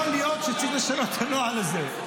יכול להיות שצריך לשנות את הנוהל הזה.